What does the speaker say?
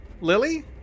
Lily